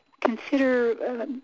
consider